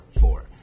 four